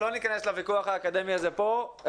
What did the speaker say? לא ניכנס לוויכוח האקדמי הזה פה.